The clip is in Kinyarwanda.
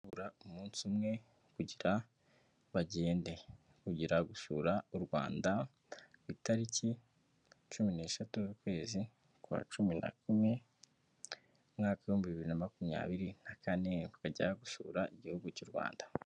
Habura umunsi umwe kugira bagende kugira gusura u Rwanda ku itariki cumi n'eshatu z'ukwezi kwa cumi na kumwe, umwaka w'ibihumbi bibiri na makumyabiri na kane kujya gusura Igihugu cy'u Rwanda.